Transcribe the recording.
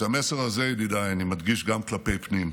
את המסר הזה, ידידיי, אני מדגיש גם כלפי פנים: